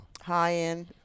High-end